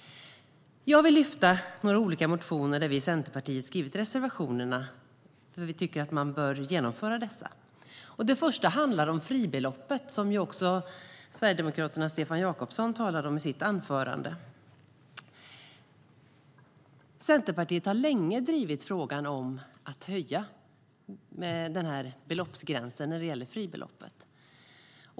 Jag vill lyfta fram några olika motioner där Centerpartiet har skrivit reservationer, eftersom vi tycker att dessa bör genomföras. Den första handlar om fribeloppet, som också Sverigedemokraternas Stefan Jakobsson talade om i sitt anförande. Centerpartiet har länge drivit frågan om att höja gränsen för fribeloppet.